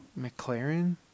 McLaren